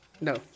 No